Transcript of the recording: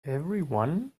everyone